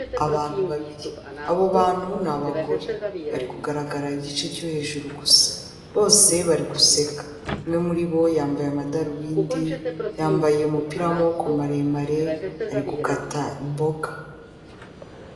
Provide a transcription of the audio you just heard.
Abantu babiri, abo bantu ni abagore bari kugaragara igice cyo hejuru gusa bose bari guseka, umwe muri bo yambaye amadarubindi, yambaye umupira w'amaboko maremare ari gukata imboga.